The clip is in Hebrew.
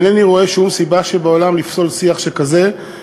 ואינני רואה שום סיבה שבעולם לפסול שיח שכזה,